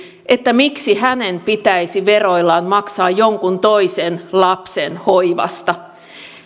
miksi hänen pitäisi veroillaan maksaa jonkun toisen lapsen hoivasta